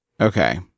Okay